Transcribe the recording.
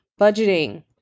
Budgeting